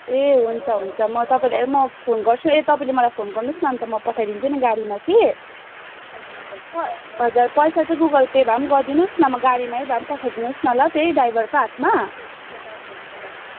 ए हुन्छ हुन्छ म तपाईँलाई म फोन गर्छु ए तपाईँले मलाई फोन गर्नुहोस् न अन्त मो तपाईँलाई पठाइदिन्छु नि गाडीमा कि हजुर पैसा चाहिँ गुगल पे भए पनि गरिदिनुहोस् न म गाडीमै भए पनि पठाइ दिनुहोस् ल त्यही ड्राइभरकै हातमा